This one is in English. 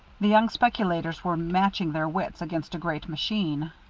the young speculators were matching their wits against a great machine.